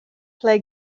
play